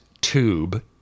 tube